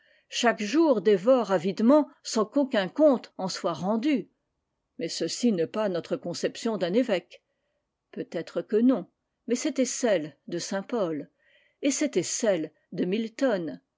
chaque jour dévore avidement sans qu'aucun compte en soit rendu h mais ceci n'est pas notre conception d'un evêque i h peut-être que non mais c'était celle de saint-pol et c'était celle de milton